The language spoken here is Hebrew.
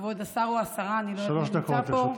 כבוד השר או השרה, אני לא יודעת מי נמצא פה,